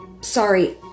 Sorry